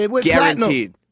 guaranteed